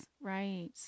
right